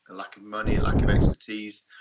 and lack of money, lack of expertise.